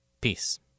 peace